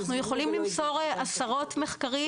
אנחנו יכולים למסור עשרות מחקרים.